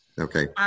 Okay